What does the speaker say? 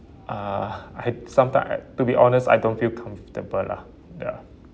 uh I sometime I to be honest I don't feel comfortable lah ya